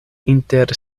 inter